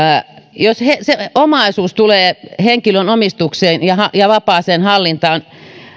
jos omaisuus tulee henkilön omistukseen ja ja vapaaseen hallintaan